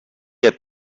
had